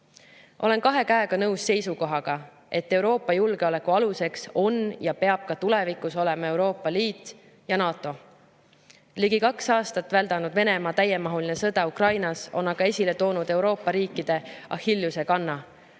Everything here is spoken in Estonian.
kahe käega nõus seisukohaga, et Euroopa julgeoleku aluseks on ja peab ka tulevikus olema Euroopa Liit ja NATO. Ligi kaks aastat väldanud Venemaa täiemahuline sõda Ukrainas on esile toonud Euroopa riikide Achilleuse kanna: